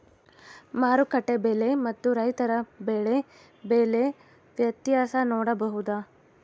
ಮಾರುಕಟ್ಟೆ ಬೆಲೆ ಮತ್ತು ರೈತರ ಬೆಳೆ ಬೆಲೆ ವ್ಯತ್ಯಾಸ ನೋಡಬಹುದಾ?